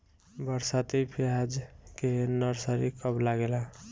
बरसाती प्याज के नर्सरी कब लागेला?